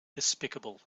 despicable